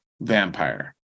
vampire